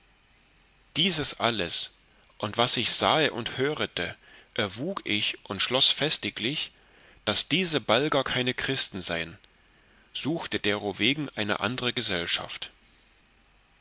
dieses alles und was ich sahe und hörete erwug ich und schloß festiglich daß diese balger keine christen sein suchte derowegen eine andre gesellschaft